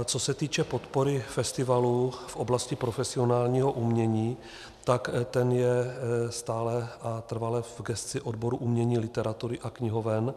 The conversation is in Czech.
Co se týče podpory festivalů v oblasti profesionálního umění, tak to je stále a trvale v gesci odboru umění, literatury a knihoven.